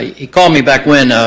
ah called me back one,